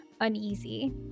uneasy